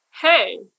hey